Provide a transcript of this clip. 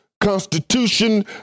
Constitution